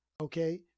Okay